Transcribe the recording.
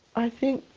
i think,